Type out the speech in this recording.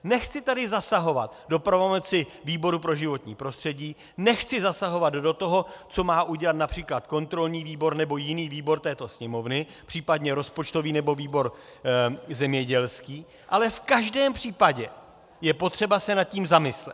Nechci tady zasahovat do pravomoci výboru pro životní prostředí, nechci zasahovat do toho, co má udělat například kontrolní výbor nebo jiný výbor této Sněmovny, případně rozpočtový nebo výbor zemědělský, ale v každém případě je potřeba se nad tím zamyslet.